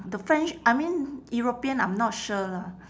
the french I mean european I'm not sure lah